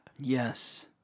Yes